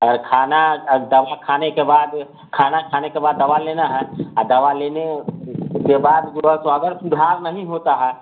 और खाना दवा खाने के बाद खाना खाने के बाद दवा लेना है दवा लेने के बाद जो है सो अगर सुधार नहीं होता है